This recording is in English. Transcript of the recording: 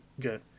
Good